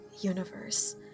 universe